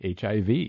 HIV